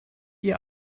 ihr